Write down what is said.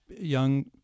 young